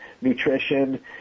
Nutrition